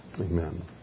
amen